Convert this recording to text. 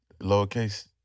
Lowercase